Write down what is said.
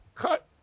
Cut